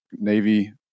Navy